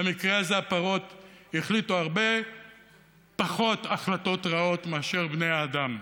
במקרה זה הפרות החליטו הרבה פחות החלטות רעות מאשר בני האדם,